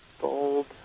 bold